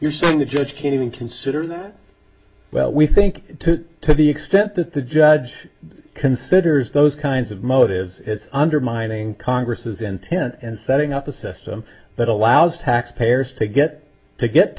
you're saying the judge can't even consider that well we think to the extent that the judge considers those kinds of motives is undermining congress's intent and setting up a system that allows taxpayers to get to get